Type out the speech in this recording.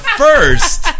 first